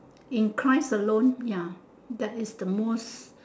in christ alone that is the most